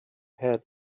had